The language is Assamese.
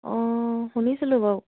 অঁ শুনিছিলোঁ বাৰু